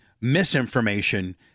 misinformation